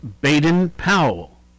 Baden-Powell